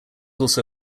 also